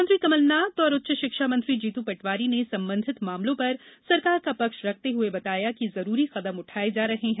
मुख्यमंत्री कमलनाथ और उच्च शिक्षा मंत्री जीतू पटवारी ने संबंधित मामलों पर सरकार का पक्ष रखते हुऐ बताया कि जरूरी कदम उठाये जा रहे है